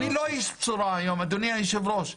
אני לא איש בשורה היום, אדוני יושב הראש.